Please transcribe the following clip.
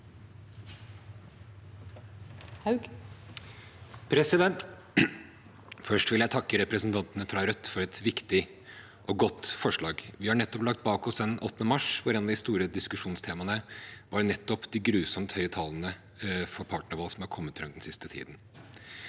Først vil jeg takke representantene fra Rødt for et viktig og godt forslag. Vi har nettopp lagt bak oss 8. mars, hvor et av de store diskusjonstemaene nettopp var de grusomt høye tallene for partnervold som er kommet fram den siste tiden.